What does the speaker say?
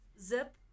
zip